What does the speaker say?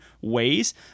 ways